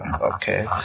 okay